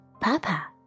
Papa